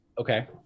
Okay